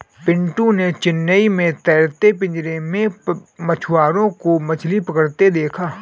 पिंटू ने चेन्नई में तैरते पिंजरे में मछुआरों को मछली पकड़ते देखा